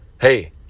hey